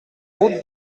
route